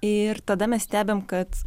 ir tada mes stebim kad